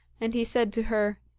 and he said to her,